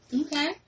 Okay